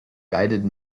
guided